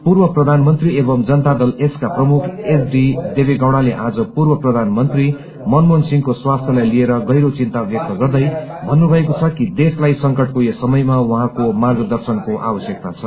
पूर्व प्रधानमन्त्री एवं जनता दल एस का प्रमुख एचडी देवे गैड़ाले आज पूर्व प्रधानमन्त्री मनमोहन सिंहको स्वास्थ्यलाई लिएर गहिरो चिन्ता व्यक्त गर्दै भत्रुभएको छ कि देशलाई संकटको यस समयमा उहाँको मार्गदर्शनको आवश्यकता छ